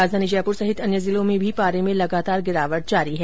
राजधानी जयपुर सहित अन्य जिलों में भी पारे में लगातार गिरावट जारी है